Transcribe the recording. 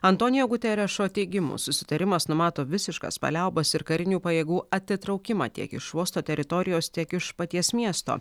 antonijo guterešo teigimu susitarimas numato visiškas paliaubas ir karinių pajėgų atitraukimą tiek iš uosto teritorijos tiek iš paties miesto